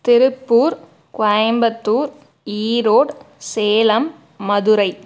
Tiruppur Coimbatore Erode Salem Madurai